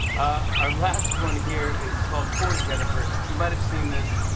our last one here is called poor jennifer. you might have seen this.